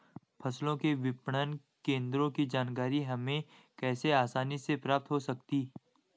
फसलों के विपणन केंद्रों की जानकारी हमें कैसे आसानी से प्राप्त हो सकती?